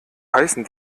heißen